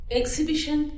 exhibition